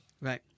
Right